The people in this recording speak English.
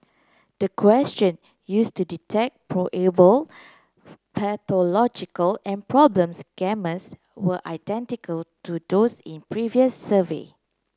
the question use to detect probable pathological and problems were identical to those in previous survey